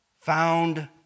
found